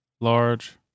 Large